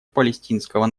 палестинского